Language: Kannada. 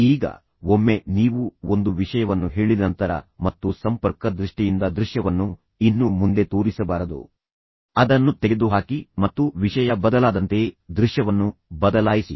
ಈಗ ಒಮ್ಮೆ ನೀವು ಒಂದು ವಿಷಯವನ್ನು ಹೇಳಿದ ನಂತರ ಮತ್ತು ಸಂಪರ್ಕದ ದೃಷ್ಟಿಯಿಂದ ದೃಶ್ಯವನ್ನು ಇನ್ನು ಮುಂದೆ ತೋರಿಸಬಾರದು ಅದನ್ನು ತೆಗೆದುಹಾಕಿ ಮತ್ತು ವಿಷಯ ಬದಲಾದಂತೆ ದೃಶ್ಯವನ್ನು ಬದಲಾಯಿಸಿ